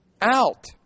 out